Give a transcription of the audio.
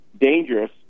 dangerous